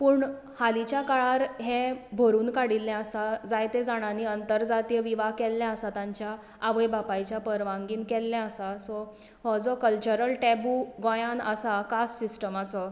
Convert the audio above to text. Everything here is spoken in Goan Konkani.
पूण हालींच्या काळार हें भरून काडिल्लें आसा जायत्या जाणांनी आंतर जातीय विवाह केल्ले आसा तांच्या आवय बापायच्या परवानगीन केल्लें आसा सो हो जो कल्चरल टेबू गोंयांत आसा कास्ट सिस्टमाचो